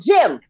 Jim